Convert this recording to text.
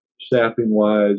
staffing-wise